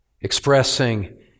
expressing